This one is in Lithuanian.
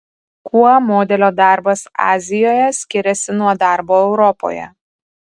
kuo modelio darbas azijoje skiriasi nuo darbo europoje